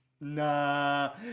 nah